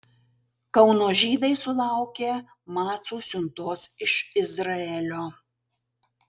kauno žydai sulaukė macų siuntos iš izraelio